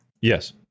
Yes